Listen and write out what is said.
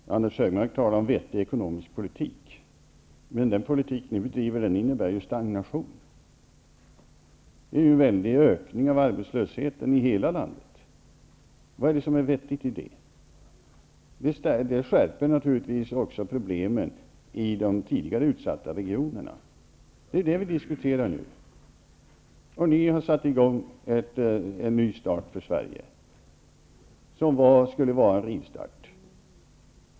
Fru talman! Anders G Högmark talar om vettig ekonomisk politik. Men den politik som ni driver innebär ju stagnation. Det sker en väldig ökning av arbetslösheten i hela landet. Vad är det som är vettigt i det? Det skärper naturligtvis också problemen i de tidigare utsatta regionerna, och det är detta som vi nu diskuterar. Ni satte i gång en ny start för Sverige, som skulle vara en rivstart.